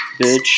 bitch